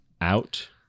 out